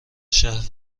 شهر